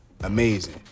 Amazing